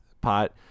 pot